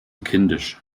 kindisch